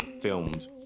filmed